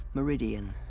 meridian.